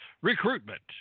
recruitment